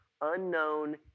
unknown